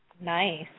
Nice